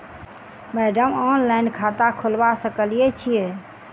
Madam online खाता खोलबा सकलिये छीयै?